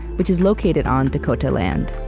which is located on dakota land.